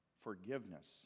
Forgiveness